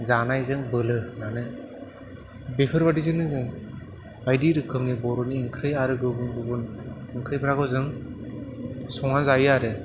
जानायजों बोलो होनानै बेफोरबायदि जोंनो जों बायदि रोखोमनि बर'नि ओंख्रि आरो गुबुन गुबुन ओंख्रिफ्राखौ जों संनानै जायो आरो